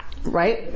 Right